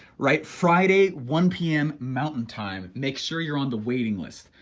right? friday, one p m. mountain time, make sure you're on the waiting list.